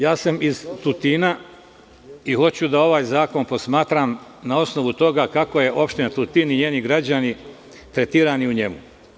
Ja sam iz Tutina i hoću da ovaj zakon posmatram na osnovu toga kako su Opština Tutin tretirani u njemu.